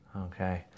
Okay